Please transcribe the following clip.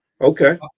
Okay